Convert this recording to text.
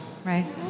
Right